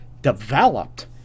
developed